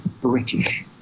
British